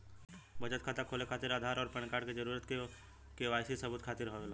बचत खाता खोले खातिर आधार और पैनकार्ड क जरूरत के वाइ सी सबूत खातिर होवेला